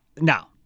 now